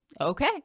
Okay